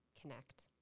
connect